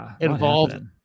involved